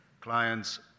clients